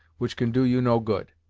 which can do you no good.